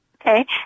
Okay